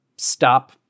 stop